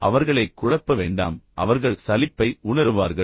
எனவே அவர்களைக் குழப்ப வேண்டாம் அவர்கள் சலிப்பை உணருவார்கள்